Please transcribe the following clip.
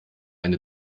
eine